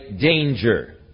danger